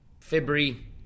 February